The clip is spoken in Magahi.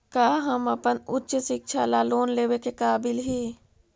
का हम अपन उच्च शिक्षा ला लोन लेवे के काबिल ही?